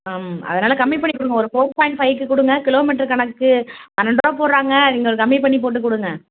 ஆ அதனால் கம்மி பண்ணி கொடுங்க ஒரு ஃபோர் பாய்ண்ட் ஃபைவுக்கு கொடுங்க கிலோமீட்டர் கணக்குக்கு பன்னெண்டு ரூபா போடுறாங்க எங்களுக்கு கம்மி பண்ணி போட்டு கொடுங்க